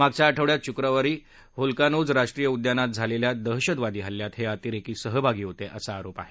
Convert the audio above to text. मागच्या आठवड्यात शुक्रवारी व्होकानोज राष्ट्रीय उद्यानात झालेल्या दहशतवादी हल्यात हे अतिरेकी सहभागी होते असा आरोप आहे